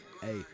Hey